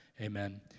Amen